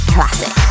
Classic